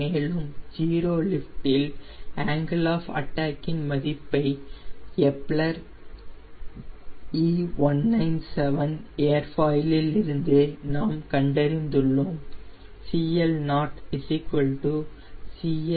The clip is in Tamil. மேலும் 0 லிஃப்டில் ஆங்கில் ஆஃப் அட்டேக் இன் மதிப்பை எப்லர் E197 ஏர்ஃபாயிலில் இருந்து நாம் கண்டறிந்துள்ளோம் CL0 CLW 𝛼W 4